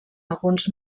alguns